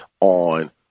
on